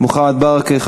מוחמד ברכה,